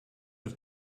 het